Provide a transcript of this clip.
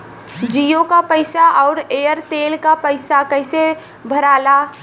जीओ का पैसा और एयर तेलका पैसा कैसे भराला?